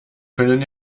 können